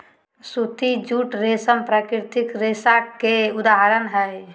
सूती, जूट, रेशम प्राकृतिक रेशा के उदाहरण हय